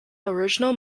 original